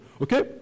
Okay